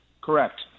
correct